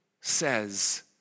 says